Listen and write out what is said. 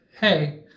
hey